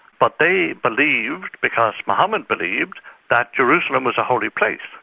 but they believed because mohammed believed that jerusalem was a holy place.